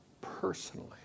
personally